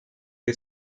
che